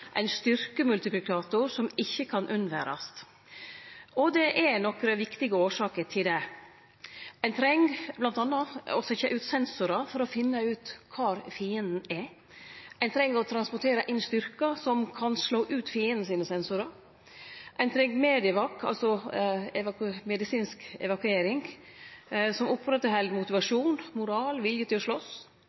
ein avgjerande ressurs, ein styrkemultiplikator som ikkje kan unnverast. Og det er nokre viktige årsaker til det. Ein treng m.a. å setje ut sensorar for å finne ut kvar fienden er. Ein treng å transportere inn styrkar som kan slå ut fienden sine sensorar. Ein treng MEDEVAK, altså medisinsk evakuering, som opprettheld motivasjon, moral og vilje til å slåss.